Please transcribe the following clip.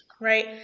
right